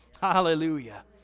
Hallelujah